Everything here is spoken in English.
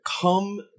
come